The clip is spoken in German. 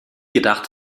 gedacht